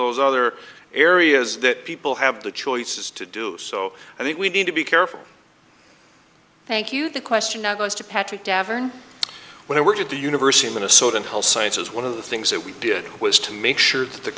other areas that people have the choices to do so i think we need to be careful thank you the question now goes to patrick davern when i worked at the university of minnesota in health sciences one of the things that we did was to make sure that the